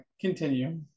continue